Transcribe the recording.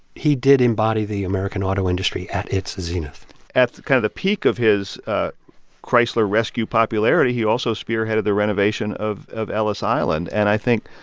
he did embody the american auto industry at its zenith at kind of the peak of his chrysler rescue popularity, he also spearheaded the renovation of of ellis island, and, i think,